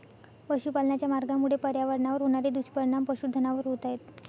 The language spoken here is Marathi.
पशुपालनाच्या मार्गामुळे पर्यावरणावर होणारे दुष्परिणाम पशुधनावर होत आहेत